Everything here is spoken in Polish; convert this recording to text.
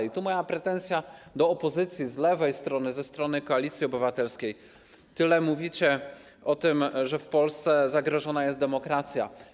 I tu mam pretensję do opozycji z lewej strony, ze strony Koalicji Obywatelskiej: tyle mówicie o tym, że w Polsce jest zagrożona demokracja.